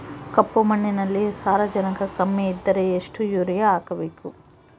ಕಪ್ಪು ಮಣ್ಣಿನಲ್ಲಿ ಸಾರಜನಕ ಕಮ್ಮಿ ಇದ್ದರೆ ಎಷ್ಟು ಯೂರಿಯಾ ಹಾಕಬೇಕು?